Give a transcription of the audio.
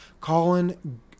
Colin